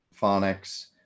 phonics